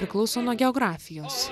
priklauso nuo geografijos